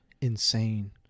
insane